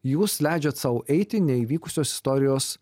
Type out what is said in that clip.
jūs leidžiat sau eiti neįvykusios istorijos